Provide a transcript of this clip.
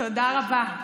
תודה רבה.